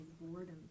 boredom